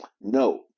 No